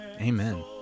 Amen